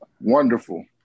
Wonderful